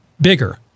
bigger